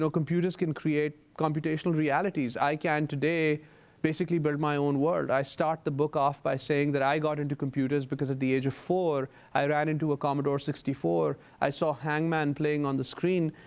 computers can create computational realities. i can today basically build my own world. i start the book off by saying that i got into computers because at the age of four i ran into a commodore sixty four. i saw hangman playing on the screen,